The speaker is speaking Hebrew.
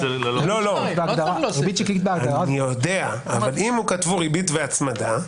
--- אני יודע, אבל אם כתבו "ריבית והצמדה"